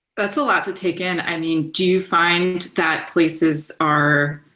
that's a lot to take in. i mean, do you find that places are